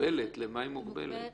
שפורסמה בהודעה